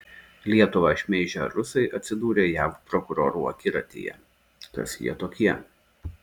lietuvą šmeižę rusai atsidūrė jav prokurorų akiratyje kas jie tokie